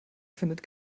findet